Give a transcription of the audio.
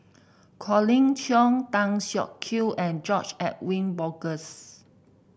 Colin Cheong Tan Siak Kew and George Edwin Bogaars